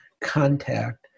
contact